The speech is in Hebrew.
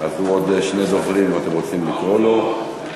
אחרי עוד שני דוברים, אם אתם רוצים לקרוא לו.